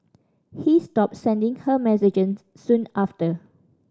he stopped sending her messages soon after